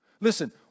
Listen